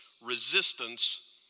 resistance